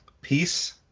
peace